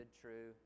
true